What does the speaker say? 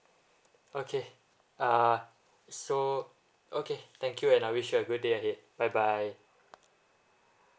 okay ah so okay thank you and I wish you a good ahead bye bye